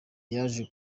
yaje